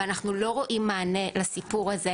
ואנחנו לא רואים מענה לסיפור הזה.